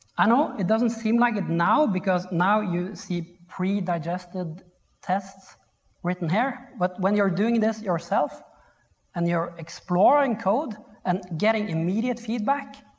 i know, it doesn't seem like it now because now you see predigested tests written here but when you're doing this yourself and you're exploring code and getting immediate feedback